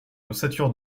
ossature